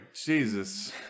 Jesus